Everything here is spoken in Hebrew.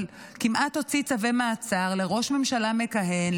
אבל כמעט הוציא צווי מעצר לראש ממשלה מכהן,